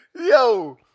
Yo